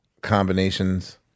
combinations